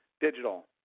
digital